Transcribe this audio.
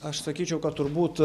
aš sakyčiau kad turbūt